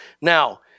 Now